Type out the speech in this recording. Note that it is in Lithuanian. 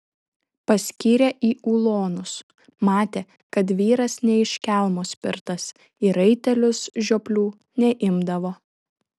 paskyrė į ulonus matė kad vyras ne iš kelmo spirtas į raitelius žioplių neimdavo